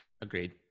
Agreed